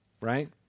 right